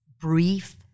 brief